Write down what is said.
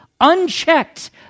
unchecked